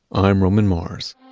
i'm roman mars